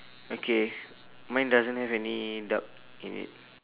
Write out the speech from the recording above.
okay mine doesn't have any duck in it